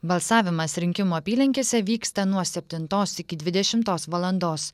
balsavimas rinkimų apylinkėse vyksta nuo septintos iki dvidešimtos valandos